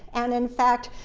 and, in fact,